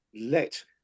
let